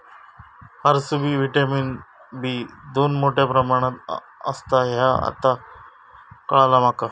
फारसबी vitamin B दोन मोठ्या प्रमाणात असता ह्या आता काळाला माका